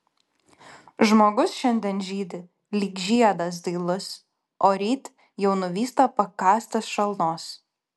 žmogus šiandien žydi lyg žiedas dailus o ryt jau nuvysta pakąstas šalnos